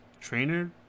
trainer